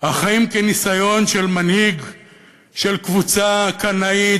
"החיים כניסיון של מנהיג של קבוצה קנאית,